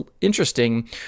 interesting